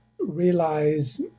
realize